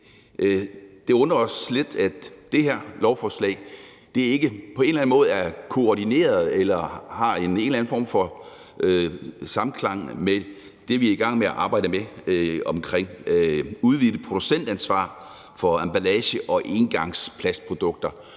det undrer os lidt, at det her lovforslag ikke på en eller anden måde er koordineret eller har en eller anden form for samklang med det, som vi er i gang med at arbejde med omkring et udvidet producentansvar for emballage og engangsplastprodukter.